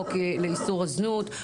חוק לאיסור הזנות,